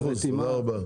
100 אחוז, תודה רבה.